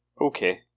Okay